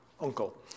uncle